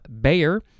Bayer